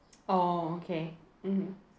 orh okay mmhmm